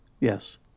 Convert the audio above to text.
Yes